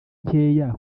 nkeya